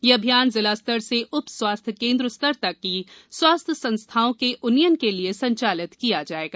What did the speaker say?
यह अभियान जिला स्तर से उप स्वास्थ्य केन्द्र स्तर तक की स्वास्थ्य संस्थाओं के उन्नयन के लिए संचालित किया जायेगा